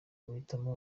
guhitamo